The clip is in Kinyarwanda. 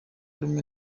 rumwe